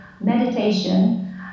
meditation